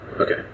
Okay